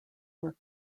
were